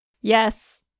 Yes